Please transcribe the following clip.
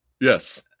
Yes